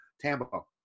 Tambo